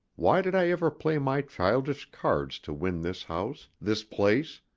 why did i ever play my childish cards to win this house, this place?